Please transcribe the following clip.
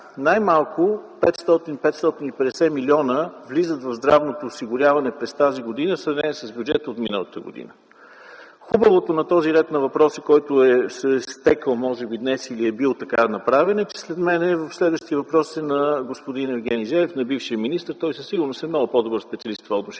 най-малко 500-550 милиона влизат в здравното осигуряване през тази година в сравнение с бюджета от миналата година. Хубавото на този ред от въпроси, който се е стекъл може би днес или е бил така направен, е, че следващият въпрос е на господин Евгений Желев, на бившия министър. Той със сигурност е много по-добър специалист в това